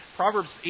Proverbs